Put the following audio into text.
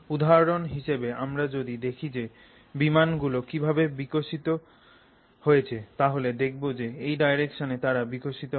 উধাহরণ হিসেবে আমরা যদি দেখি যে বিমানগুলো কীভাবে বিকশিত হয়েছে তাহলে দেখবো যে এই ডাইরেকশণে তারা বিকশিত হয়